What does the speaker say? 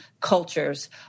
cultures